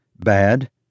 bad